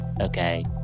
Okay